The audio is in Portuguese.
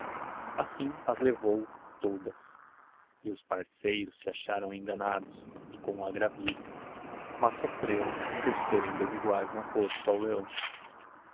ssim as levou todas e os parceiros se acharão enganados e com aggravio mas soítrêrão por serem desiguaes na força ao leão